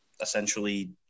essentially